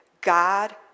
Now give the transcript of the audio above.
God